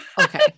Okay